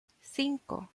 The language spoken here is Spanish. cinco